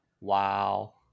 Wow